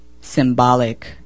symbolic